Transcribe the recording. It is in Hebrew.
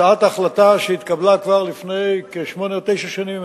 תאגידי המים הם תוצאת החלטה שהתקבלה כבר לפני שמונה או תשע שנים,